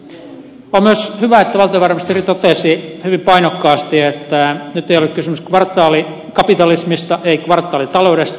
on myös hyvä että valtiovarainministeri totesi hyvin painokkaasti että nyt ei ole kysymys kvartaalikapitalismista ei kvartaalitaloudesta